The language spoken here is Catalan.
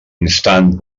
instant